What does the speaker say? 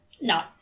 No